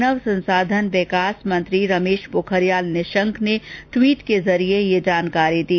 मानव संसाधन विकास मंत्री रमेश पोखरियाल निशंक ने ट्वीट के जरिए यह जानकारी दी